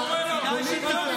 פוליטיקה, קרעי, די, כדאי שתעצור.